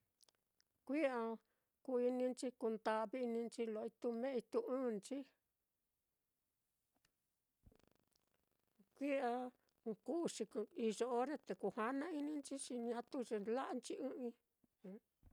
Kui'a ku-ininchi, kunda'vi-ininchi, lo ituu mee ituu ɨ́ɨ́n-nchi, kui'a kuu xi, iyo ore te kujana-ininchi, xi ñatu ye la'anchi ɨ́ɨ́n ɨ́ɨ́n-i.